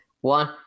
One